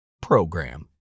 program